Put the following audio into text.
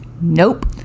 Nope